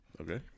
Okay